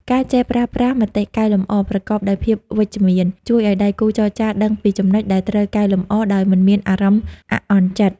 ការចេះប្រើប្រាស់ "មតិកែលម្អ" ប្រកបដោយភាពវិជ្ជមាន ជួយឱ្យដៃគូចរចាដឹងពីចំណុចដែលត្រូវកែលម្អដោយមិនមានអារម្មណ៍អាក់អន់ចិត្ត។